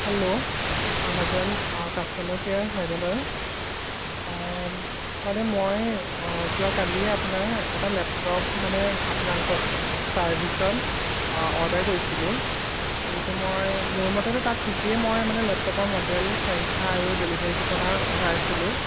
hello Amazon অঁ customer care হয়নে বাৰু অঁ মানে মই অঁ যোৱা কালিয়ে আপোনাৰ এটা লেপটপ মানে আপোনালোকৰ ছাৰ্ভিচত অঁ অৰ্ডাৰ কৰিছিলোঁ কিন্তু মই মোৰ মতেতো তাত ঠিকেই মই মানে লেপটপৰ মডেল সংখ্যা আৰু ডেলিভাৰী ঠিকনা ভৰাইছিলোঁ